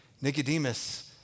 Nicodemus